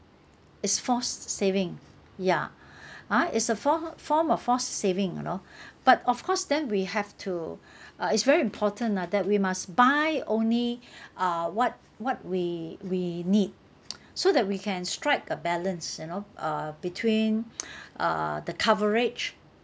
it's forced saving ya ha it's a fo~ form of forced saving you know but of course then we have to uh it's very important ah that we must buy only uh what what we we need so that we can strike a balance you know uh between uh the coverage